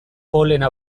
polena